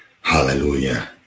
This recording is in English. Hallelujah